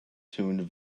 tuned